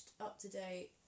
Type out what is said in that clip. up-to-date